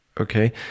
Okay